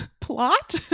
Plot